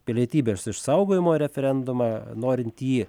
pilietybės išsaugojimo referendumą norint jį